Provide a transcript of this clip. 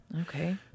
Okay